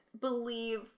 believe